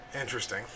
interesting